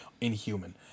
inhuman